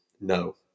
no